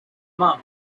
monk